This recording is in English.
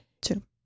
Two